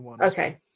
Okay